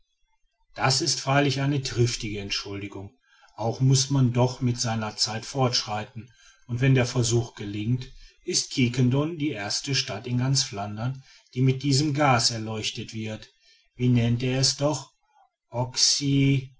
das ist freilich eine sehr triftige entschuldigung auch muß man doch mit seiner zeit fortschreiten und wenn der versuch gelingt ist quiquendone die erste stadt in ganz flandern die mit diesem gas erleuchtet wird wie nennt er es doch oxy